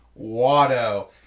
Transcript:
Watto